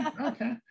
okay